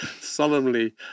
solemnly